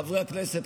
חברי הכנסת,